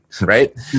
Right